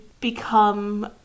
become